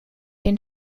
den